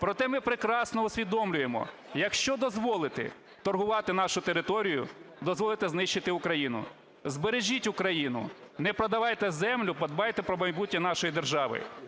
Проте ми прекрасно усвідомлюємо, якщо дозволити торгувати нашою територією, – дозволити знищити Україну. Збережіть Україну. Не продавайте землю, подбайте про майбутнє нашої держави".